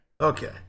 Okay